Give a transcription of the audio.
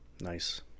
Nice